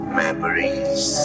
memories